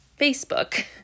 Facebook